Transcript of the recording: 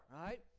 right